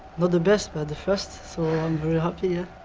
but the best, but the first, so i'm very happy! ah